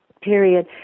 period